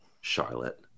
Charlotte